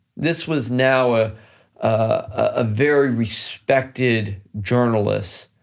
this was now a ah very respected journalist,